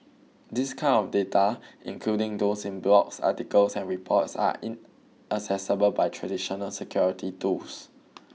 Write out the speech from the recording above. this kind of data including those in blogs articles and reports are inaccessible by traditional security tools